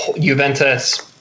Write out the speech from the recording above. Juventus